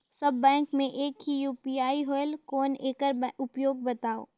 सब bank मे एक ही यू.पी.आई होएल कौन एकर उपयोग बताव?